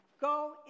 Go